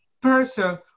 person